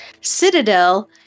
Citadel